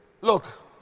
Look